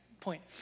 point